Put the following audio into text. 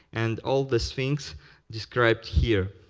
and all those things described here.